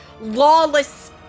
lawless